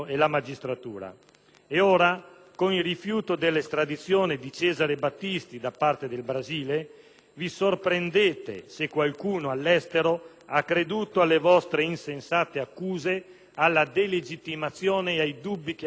E ora, con il rifiuto dell'estradizione di Cesare Battisti da parte del Brasile, vi sorprendete se qualcuno, all'estero, ha creduto alle vostre insensate accuse, alla delegittimazione e ai dubbi che avete seminato